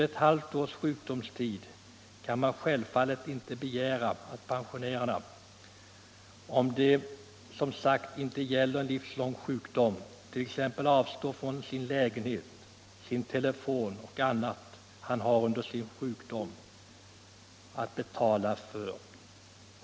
Man kan inte begära att en pensionär efter ett halvt års sjukdom — om det som sagt inte gäller en livslång sjukdom =— skall avstå från sin lägenhet, sin telefon och annat som han måste betala för under sjukdomstiden.